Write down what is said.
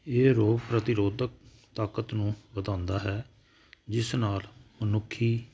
ਇਹ ਰੋਗ ਪ੍ਰਤੀਰੋਧਕ ਤਾਕਤ ਨੂੰ ਵਧਾਉਂਦਾ ਹੈ ਜਿਸ ਨਾਲ ਮਨੁੱਖੀ